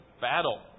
battle